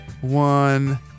one